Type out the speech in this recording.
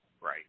Right